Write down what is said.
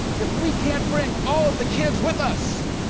if we can't bring all the kids with us,